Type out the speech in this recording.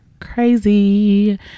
crazy